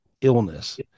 Illness